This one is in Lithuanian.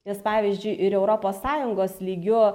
nes pavyzdžiui ir europos sąjungos lygiu